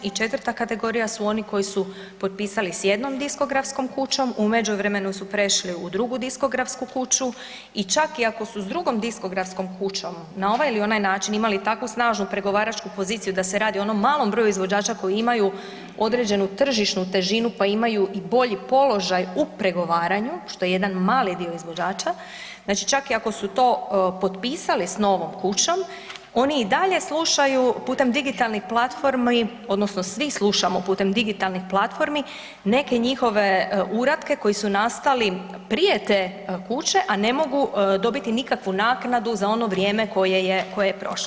I četvrta kategorija su oni koji su potpisali s jednom diskografskom kućom u međuvremenu su prešli u drugu diskografsku kuću i čak i ako su s drugom diskografskom kućom na ovaj ili onaj način imali takvu snažnu pregovaračku poziciju da se radi o onom malom broju izvođača koji imaju određenu tržišnu težinu pa imaju i bolji položaj u pregovaranju, što je jedan mali dio izvođača, znači čak i ako su to potpisali s novom kućom oni i dalje slušaju putem digitalnih platformi odnosno svi slušamo putem digitalnih platformi neke njihove uratke koji su nastali prije te kuće, a ne mogu dobiti nikakvu naknadu za ono vrijeme koje je prošlo.